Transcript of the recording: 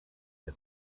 der